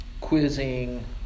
quizzing